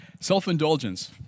Self-indulgence